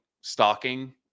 stalking